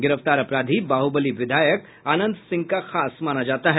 गिरफ्तार अपराधी बाहुबली विधायक अनंत सिंह का खास माना जाता है